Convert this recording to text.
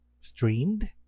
streamed